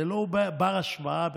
זה לא בר-השוואה בכלל.